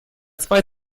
zwei